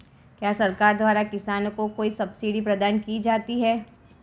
क्या सरकार द्वारा किसानों को कोई सब्सिडी प्रदान की जाती है?